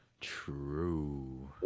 true